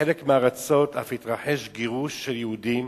בחלק מהארצות אף התרחש גירוש של יהודים.